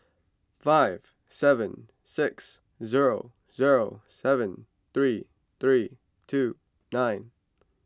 five seven six zero zero seven three three two nine